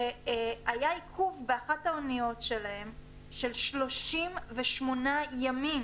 שאומר שהיה באחת האוניות שלהם עיכוב של 38 ימים.